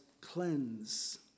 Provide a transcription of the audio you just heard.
cleanse